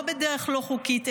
לא בדרך לא חוקית,